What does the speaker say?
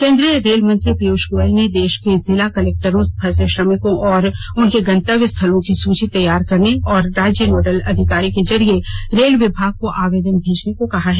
केन्द्रीय रेल मंत्री पीयूष गोयल ने देश के जिला कलेक्टरों से फंसे श्रमिकों और उनके गंतव्य स्थलों की सूची तैयार करने और राज्य नोडल अधिकारी के जरिये रेल विभाग को आवेदन भेजने को कहा है